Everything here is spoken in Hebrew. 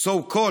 so called,